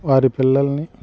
వారి పిల్లల్ని